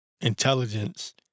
intelligence